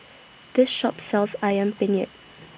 This Shop sells Ayam Penyet